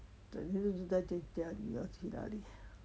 怎天都呆在家里 lor 去哪里